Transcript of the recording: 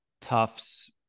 Tufts